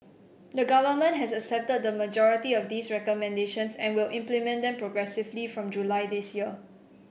the Government has accepted the majority of these recommendations and will implement them progressively from July this year